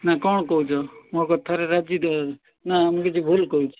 ନା କ'ଣ କହୁଛ ମୋ କଥାରେ ରାଜି ତ ନା ମୁଁ କିଛି ଭୁଲ୍ କହୁଛି